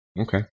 Okay